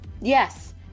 Yes